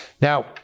Now